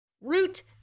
Root